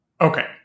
Okay